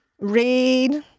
read